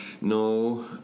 no